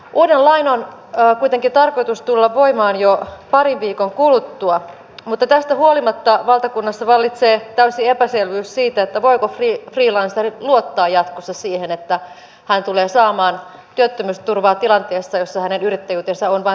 uuden lain on kuitenkin tarkoitus tulla voimaan jo parin viikon kuluttua mutta tästä huolimatta valtakunnassa vallitsee täysi epäselvyys siitä voiko freelancer luottaa jatkossa siihen että hän tulee saamaan työttömyysturvaa tilanteessa jossa hänen yrittäjyytensä on vain sivutoimista